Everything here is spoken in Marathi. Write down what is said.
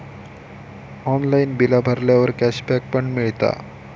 ऑनलाइन बिला भरल्यावर कॅशबॅक पण मिळता